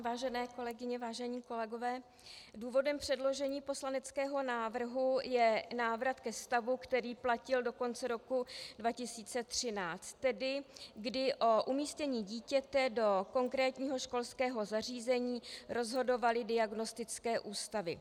Vážené kolegyně, vážení kolegové, důvodem předložení poslaneckého návrhu je návrat ke vztahu, který platil do konce roku 2013, tedy kdy o umístění dítěte do konkrétního školského zařízení rozhodovaly diagnostické ústavy.